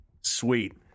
Sweet